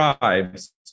tribes